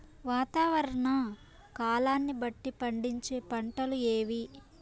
వాతావరణ కాలాన్ని బట్టి పండించే పంటలు ఏవి?